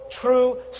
true